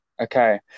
okay